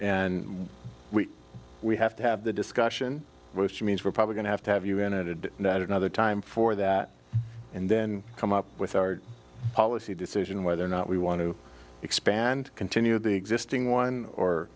and we have to have the discussion which means we're probably going to have to have you ended not another time for that and then come up with our policy decision whether or not we want to expand continue the existing one or